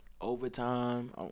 Overtime